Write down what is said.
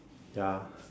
ya